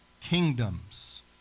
kingdoms